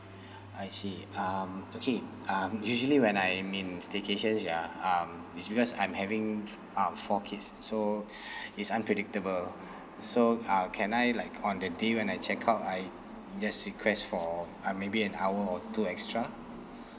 I see um okay um usually when I'm in staycations ya um it's because I'm having uh four kids so it's unpredictable so uh can I like on the day when I check out I just request for uh maybe an hour or two extra